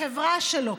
בחברה שלו,